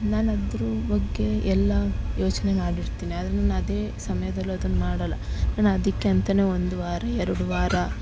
ನಾನು ಅದ್ರ ಬಗ್ಗೆ ಎಲ್ಲ ಯೋಚನೆ ಮಾಡಿರ್ತಿನಿ ಆದ್ರೆ ನಾನು ಅದೆ ಸಮಯದಲ್ಲು ಅದನ್ನು ಮಾಡೋಲ್ಲ ನಾನು ಅದಕ್ಕೆ ಅಂತ ಒಂದು ವಾರ ಎರಡು ವಾರ